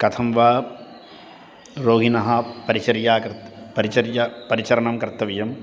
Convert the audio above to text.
कथं वा रोगिणः परिचर्या कर्त् परिचर्या परिचरणं कर्तव्यम्